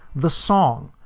the song,